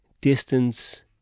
distance